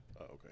Okay